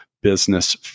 Business